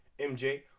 MJ